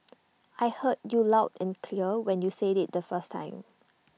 I heard you loud and clear when you said IT the first time